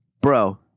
bro